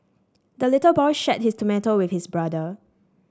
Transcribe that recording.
the little boy shared his tomato with his brother